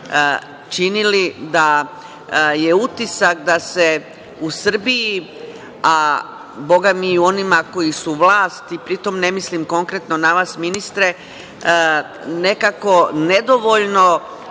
činili da je utisak da se u Srbiji, a bogami i u onima koji su vlast, pri tom ne mislim konkretno na vas ministre, nekako nedovoljno